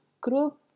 group